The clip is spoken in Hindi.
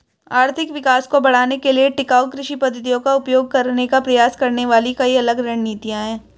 आर्थिक विकास को बढ़ाने के लिए टिकाऊ कृषि पद्धतियों का उपयोग करने का प्रयास करने वाली कई अलग रणनीतियां हैं